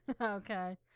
Okay